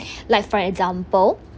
like for example